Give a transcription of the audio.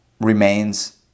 remains